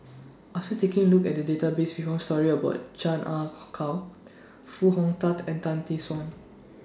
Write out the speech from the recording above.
after taking A Look At The Database We found stories about Chan Ah Kow Foo Hong Tatt and Tan Tee Suan